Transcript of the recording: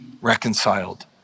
reconciled